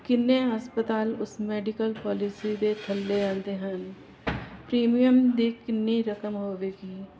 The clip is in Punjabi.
ਕਿੰਨੇ ਹਸਪਤਾਲ ਉਸ ਮੈਡੀਕਲ ਪੋਲਿਸੀ ਦੇ ਥੱਲੇ ਆਉਂਦੇ ਹਨ ਪ੍ਰੀਮੀਅਮ ਦੀ ਕਿੰਨੀ ਰਕਮ ਹੋਵੇਗੀ